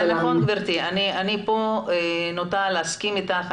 אני כאן נוטה להסכים אתך.